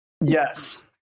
Yes